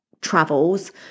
travels